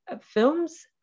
films